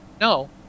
no